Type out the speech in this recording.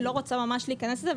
אני לא רוצה ממש להיכנס לזה.